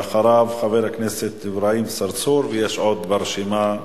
ואחריו, חבר הכנסת אברהים צרצור, ויש עוד ברשימה,